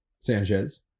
Sanchez